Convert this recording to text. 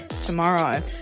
Tomorrow